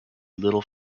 little